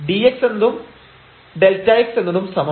dx എന്നതും Δx എന്നതും സമമാണ്